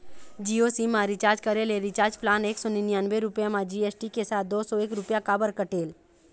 Jio SIM मा recharge करे ले रिचार्ज प्लान एक सौ निन्यानबे रुपए मा जी.एस.टी के साथ दो सौ एक रुपया काबर कटेल?